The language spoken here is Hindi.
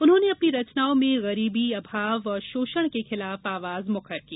उन्होंने अपनी रचनाओं में गरीबी अभाव और शोषण के खिलाफ आवाज मुखर की